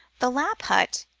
the lapp hut,